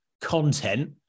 content